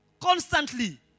constantly